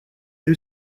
new